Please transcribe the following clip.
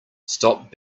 stop